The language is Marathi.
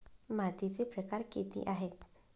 मातीचे प्रकार किती आहेत?